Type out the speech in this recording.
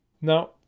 Now